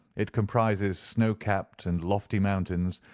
it comprises snow-capped and lofty mountains,